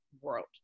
world